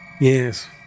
Yes